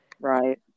right